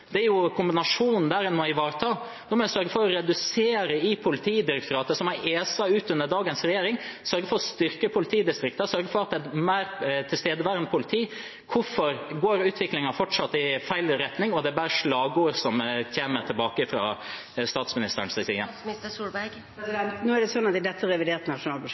ivareta. Da må en sørge for å redusere i Politidirektoratet, som har est ut under dagens regjering, og sørge for å styrke politidistriktene og for å ha et mer tilstedeværende politi. Hvorfor går utviklingen fortsatt i feil retning, og hvorfor kommer det bare slagord tilbake fra statsministerens side? I dette reviderte nasjonalbudsjettet legger vi inn mer penger til drift, investeringer og nye metoder i